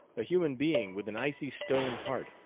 a human being with an icy-stone heart,